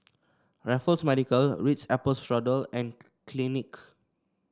Raffles Medical Ritz Apple Strudel and Clinique